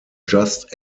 just